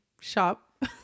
shop